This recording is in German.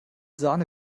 sahne